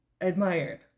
admired